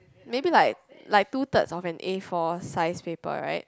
maybe like like two thirds of an A four size paper right